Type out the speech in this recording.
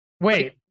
Wait